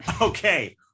Okay